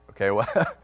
Okay